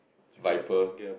viper